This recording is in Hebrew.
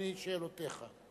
בבקשה, אדוני, שאלותיך.